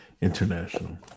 International